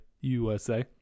USA